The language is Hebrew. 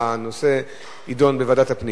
שהנושא יידון בוועדת הפנים,